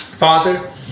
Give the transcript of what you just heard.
Father